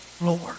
Lord